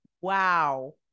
Wow